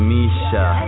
Misha